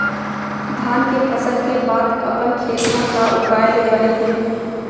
धान के फसल के बाद अपन खेत मा का उगाए ले बने होही?